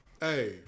Hey